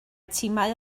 timau